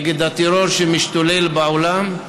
נגד הטרור שמשתולל בעולם,